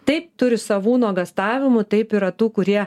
taip turi savų nuogąstavimų taip yra tų kurie